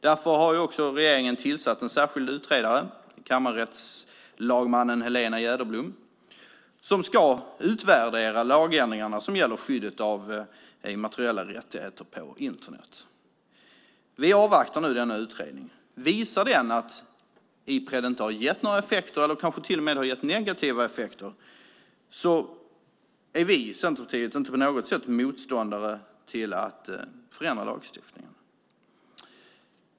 Därför har regeringen tillsatt en särskild utredare, kammarrättslagman Helena Jäderblom, som ska utvärdera lagändringarna som gäller skyddet av immateriella rättigheter på Internet. Vi avvaktar nu denna utredning. Visar den att Ipred inte har gett några effekter eller kanske till och med har gett negativa effekter är vi i Centerpartiet inte på något sätt motståndare till att förändra lagstiftningen.